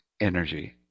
energy